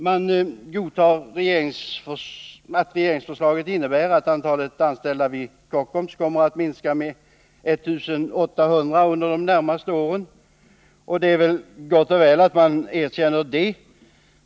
Man godtar att regeringsförslaget innebär att antalet anställda vid Kockums kommer att minska med 1 800 under de närmaste åren, och det är i och för sig gott och väl att man erkänner det.